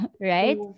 right